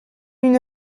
une